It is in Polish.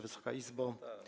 Wysoka Izbo!